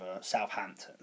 Southampton